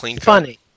funny